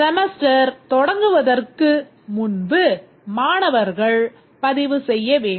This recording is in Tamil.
செமஸ்டர் தொடங்குவதற்கு முன்பு மாணவர்கள் பதிவு செய்ய வேண்டும்